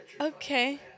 okay